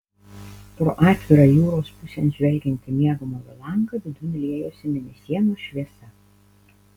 pro atvirą jūros pusėn žvelgiantį miegamojo langą vidun liejosi mėnesienos šviesa